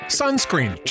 sunscreen